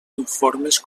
informes